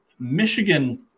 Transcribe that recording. Michigan